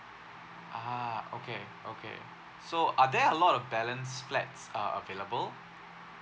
ah okay okay so are there a lot of balance flats uh available